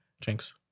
Jinx